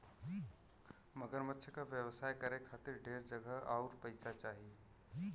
मगरमच्छ क व्यवसाय करे खातिर ढेर जगह आउर पइसा चाही